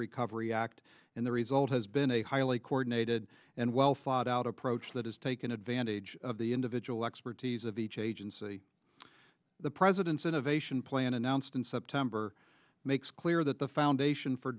recovery act and the result has been a highly coordinated and well thought out approach that has taken advantage of the individual expertise of each agency the president's innovation plan announced in september makes clear that the foundation for